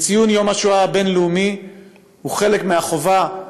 וציון יום השואה הבין-לאומי הוא חלק מהחובה,